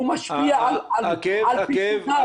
הוא משפיע על פיקודיו